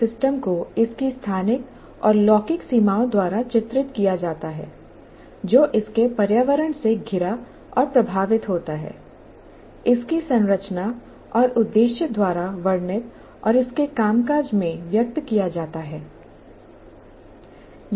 एक सिस्टम को इसकी स्थानिक और लौकिक सीमाओं द्वारा चित्रित किया जाता है जो इसके पर्यावरण से घिरा और प्रभावित होता है इसकी संरचना और उद्देश्य द्वारा वर्णित और इसके कामकाज में व्यक्त किया जाता है